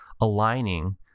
aligning